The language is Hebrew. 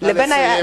נא לסיים.